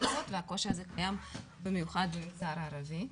והקושי הזה קיים במיוחד במגזר הערבי.